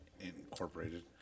incorporated